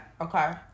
okay